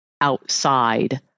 outside